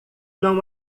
não